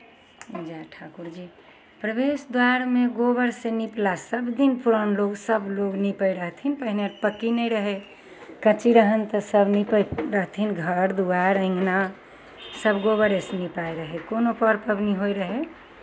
जय ठाकुरजी प्रवेश द्वारमे गोबरसँ निपला सभदिन पुरान लोक सभलोग नीपैत रहथिन पहिने पक्की नहि रहय कच्ची रहनि तऽ सभ नीपै रहथिन घर दुआरि अङ्गना सभ गोबरसँ निपाइत रहय कोनो पर्व पाबनि होइत रहय